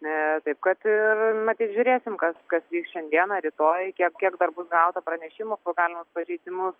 taip kad ir matyt žiūrėsim kas vyks šiandieną rytoj kiek kiek dar bus gauta pranešimų apie galimus pažeidimus